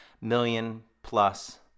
million-plus